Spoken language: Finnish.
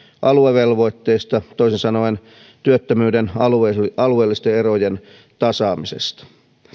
aluevelvoitteesta toisin sanoen työttömyyden alueellisten alueellisten erojen tasaamisesta